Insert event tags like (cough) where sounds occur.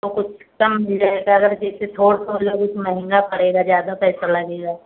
तो कुछ कम मिल जाएगा अगर जैसे (unintelligible) लेंगी तो महँगा पड़ेगा ज़्यादा पैसा लगेगा